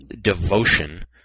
devotion